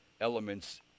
elements